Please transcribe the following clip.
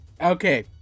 okay